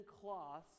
cloths